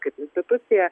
kaip institucija